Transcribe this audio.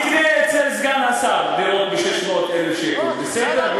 תקנה אצל סגן השר דירות ב-600,000 שקל, בסדר?